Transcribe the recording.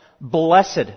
blessed